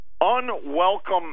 unwelcome